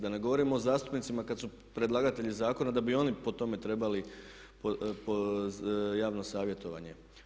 Da ne govorim o zastupnicima kad su predlagatelji zakona da bi oni po tome trebali po javno savjetovanje.